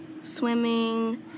swimming